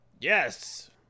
yes